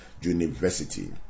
university